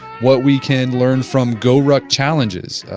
what we can learn from goruck challenges,